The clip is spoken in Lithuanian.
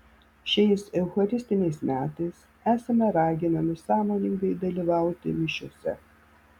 šiais eucharistiniais metais esame raginami sąmoningai dalyvauti mišiose